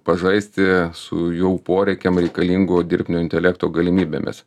pažaisti su jų poreikiam reikalingo dirbtinio intelekto galimybėmis